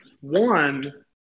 One